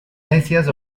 necias